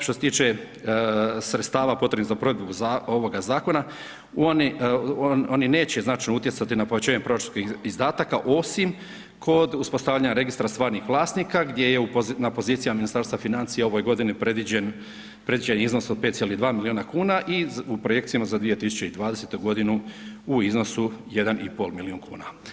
Što se tiče sredstava potrebnih za provedbu ovoga zakona, oni neće značajno utjecati na povećanje proračunskih izdataka osim kod uspostavljanja registra stvarnih vlasnika gdje je na poziciji Ministarstva financija u ovoj godini predviđen iznos od 5,2 milijuna kuna i u projekcijama za 2020. godinu u iznosu 1,5 milijun kuna.